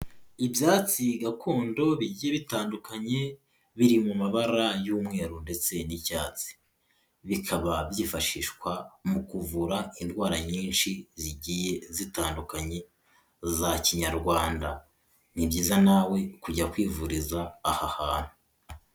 Ibyatsi gakondo bigiye bitandukanye biri mu mabara y'umweru ndetse n'icyatsi. Bikaba byifashishwa mu kuvura indwara nyinshi zigiye zitandukanye za kinyarwanda. Nibyiza nawe kujya kwivuriza aha hantu.